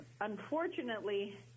Unfortunately